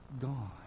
gone